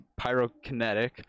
pyrokinetic